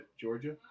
Georgia